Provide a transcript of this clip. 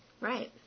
Right